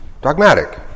dogmatic